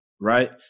right